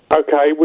okay